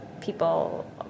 people